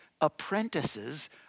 apprentices